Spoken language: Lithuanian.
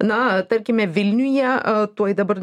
na tarkime vilniuje tuoj dabar